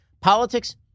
Politics